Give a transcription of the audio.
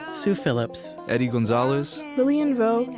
sue phillips, eddie gonzalez, lilian vo,